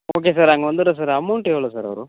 okay sir அங்கே வந்துவிடுறேன் sir amount எவ்வளோ சார் வரும்